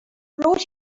brought